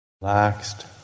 relaxed